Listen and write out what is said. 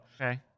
Okay